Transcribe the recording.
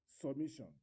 submission